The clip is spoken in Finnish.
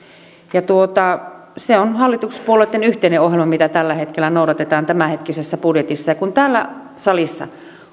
se on hallituspuolueitten yhteinen ohjelma mitä tällä hetkellä noudatetaan tämänhetkisessä budjetissa täällä salissa